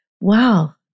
wow